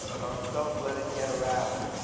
don't don't let it get around.